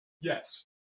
Yes